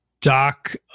doc